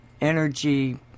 energy